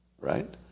right